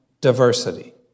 diversity